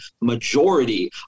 majority